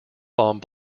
bomb